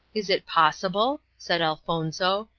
is it possible? said elfonzo.